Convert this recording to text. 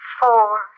four